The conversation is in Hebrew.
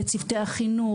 לצוותי החינוך,